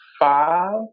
five